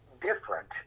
different